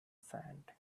sand